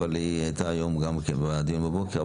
אבל היא הייתה היום גם כן בדיון בבוקר.